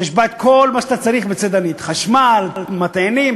שיש בה כל מה שאתה צריך בצידנית: חשמל, מטענים,